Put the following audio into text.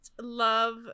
love